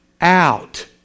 out